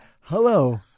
Hello